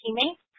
teammates